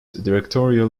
directorial